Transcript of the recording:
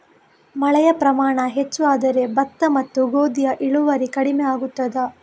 ಮಳೆಯ ಪ್ರಮಾಣ ಹೆಚ್ಚು ಆದರೆ ಭತ್ತ ಮತ್ತು ಗೋಧಿಯ ಇಳುವರಿ ಕಡಿಮೆ ಆಗುತ್ತದಾ?